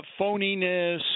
phoniness